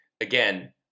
again